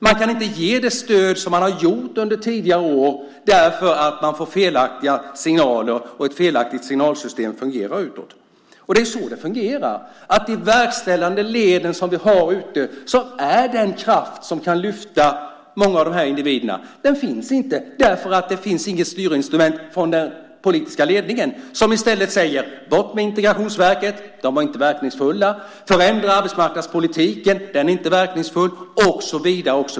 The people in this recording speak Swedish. De kan inte ge det stöd som de har gett under tidigare år därför att de får felaktiga signaler. Det är ett felaktigt signalsystem. Det är så det fungerar. I de verkställande leden som vi har där ute finns inte den kraft som skulle kunna lyfta många av de här individerna. Det finns nämligen inget styrinstrument från den politiska ledningen. Den säger i stället: Bort med Integrationsverket - det var inte verkningsfullt! Förändra arbetsmarknadspolitiken - den är inte verkningsfull, och så vidare.